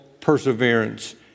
perseverance